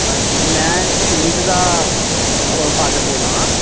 बस ठीक में सुमित दा ओह् फॉदर बोला ना